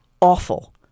awful